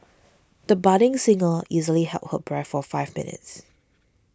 the budding singer easily held her breath for five minutes